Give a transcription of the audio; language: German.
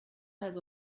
also